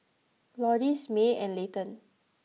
Lourdes May and Layton